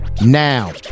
now